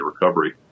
recovery